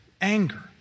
anger